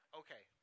okay